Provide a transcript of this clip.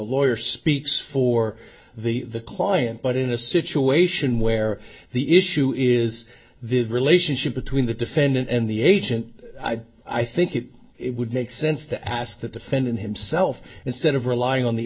lawyer speaks for the client but in a situation where the issue is the relationship between the defendant and the agent i think it would make sense to ask the defendant himself instead of relying